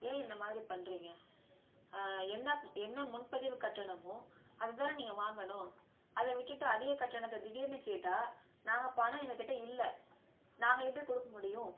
ஏன் இந்தமாதிரி பண்ணுறீங்க என்ன என்ன முன்பதிவு கட்டணமோ அதை தானே நீங்கள் வாங்கணும் அதை விட்டுட்டு அதிக கட்டணத்தை திடீர்ன்னு கேட்டால் நாங்கள் பணம் எங்கக்கிட்டே இல்லை நாங்கள் எப்படி கொடுக்க முடியும்